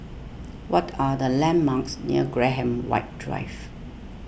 what are the landmarks near Graham White Drive